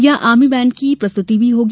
यहां army band की प्रस्तुति होगी